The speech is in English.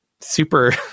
Super